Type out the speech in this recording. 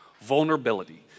vulnerability